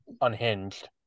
unhinged